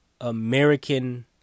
American